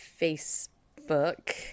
Facebook